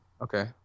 Okay